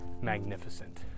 magnificent